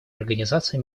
организации